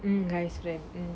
you guys